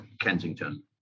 Kensington